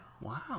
Wow